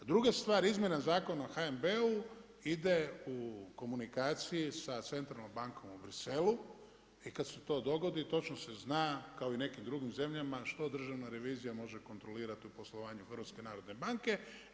Druga stvar izmjena Zakona o HNB-u i de u komunikaciji sa Centralnom bankom u Bruxellesu i kad se to dogodi, točno se zna kao i nekim drugim zemljama, što Državna revizija može kontrolirati u poslovanju HNB-a.